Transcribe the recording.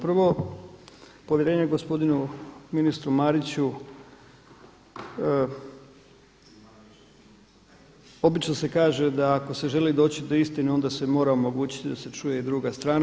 Prvo, povjerenje gospodinu ministru Mariću, obično se kaže da ako se želi doći do istine onda se mora omogućiti da se čuje i druga strana.